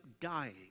dying